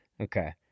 Okay